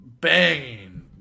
banging